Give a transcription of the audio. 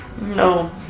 No